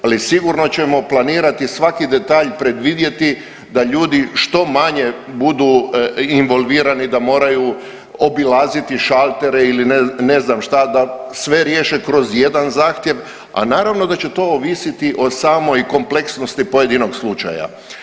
Ali sigurno ćemo planirati svaki detalj, predvidjeti da ljudi što manje budu involvirani da moraju obilaziti šaltere ili ne znam šta, da sve riješe kroz jedan zahtjev a naravno da će to ovisiti o samoj kompleksnosti pojedinog slučaja.